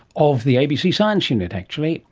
of the abc science unit actually,